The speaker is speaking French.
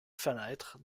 fenêtres